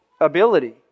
ability